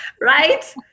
right